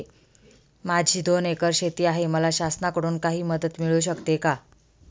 माझी दोन एकर शेती आहे, मला शासनाकडून काही मदत मिळू शकते का?